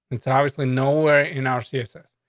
it's obviously nowhere in our services.